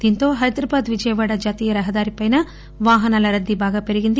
దీంతో హైదరాబాద్ విజయవాడ జాతీయ రహదారిపై వాహనాల రద్దీ బాగా పెరగింది